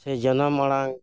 ᱥᱮ ᱡᱟᱱᱟᱢ ᱟᱲᱟᱝ